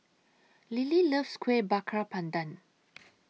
Lily loves Kuih Bakar Pandan